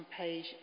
page